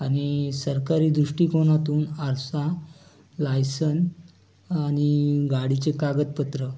आणि सरकारी दृष्टिकोनातून आरसा लाइसन आणि गाडीचे कागदपत्र